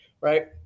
right